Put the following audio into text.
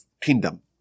kingdom